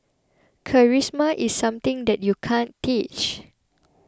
charisma is something that you can't teach